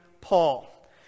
Paul